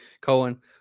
cohen